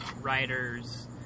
writers